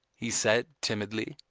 he said timidly.